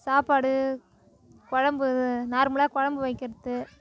சாப்பாடு குழம்பு நார்மலாக குழம்பு வைக்கிறது